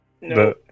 no